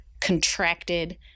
contracted